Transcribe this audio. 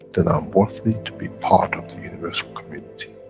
then i'm worthy to be part of the universal community.